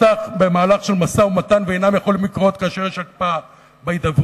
במהלך של משא-ומתן ואינם יכולים לקרות כאשר יש הקפאה בהידברות.